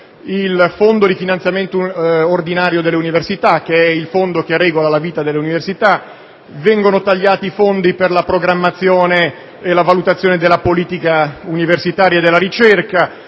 il fondo di finanziamento ordinario dell'università, che è il fondo che regola la vita delle università. Vengono tagliati i fondi per la programmazione e la valutazione della politica universitaria e della ricerca.